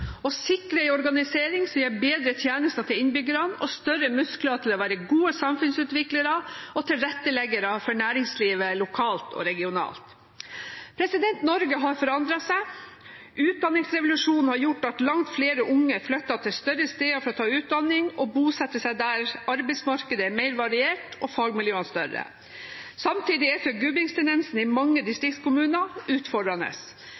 å sikre en organisering som gir bedre tjenester til innbyggerne og større muskler til å være gode samfunnsutviklere og tilretteleggere for næringslivet lokalt og regionalt. Norge har forandret seg. Utdanningsrevolusjonen har gjort at langt flere unge flytter til større steder for å ta utdanning og bosette seg der arbeidsmarkedet er mer variert og fagmiljøene større. Samtidig er forgubbingstendensen i mange distriktskommuner utfordrende.